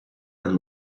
and